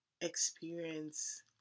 experience